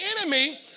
enemy